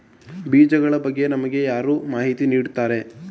ಬೀಜಗಳ ಬಗ್ಗೆ ನಮಗೆ ಯಾರು ಮಾಹಿತಿ ನೀಡುತ್ತಾರೆ?